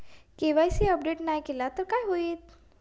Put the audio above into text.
KYC update नाय केलय तर काय होईत?